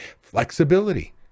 flexibility